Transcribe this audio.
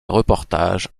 reportages